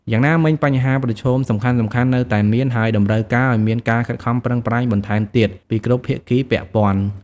យ៉ាងណាមិញ បញ្ហាប្រឈមសំខាន់ៗនៅតែមាន ហើយតម្រូវឱ្យមានការខិតខំប្រឹងប្រែងបន្ថែមទៀតពីគ្រប់ភាគីពាក់ព័ន្ធ។